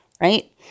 right